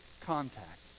contact